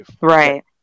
Right